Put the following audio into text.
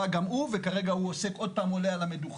גם הוא וכרגע הוא עוד פעם יושב על המדוכה.